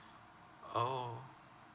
orh